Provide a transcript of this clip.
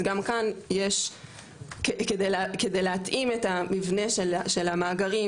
אז גם כאן יש כדי להתאים את המבנה של המאגרים